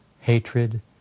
hatred